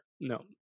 No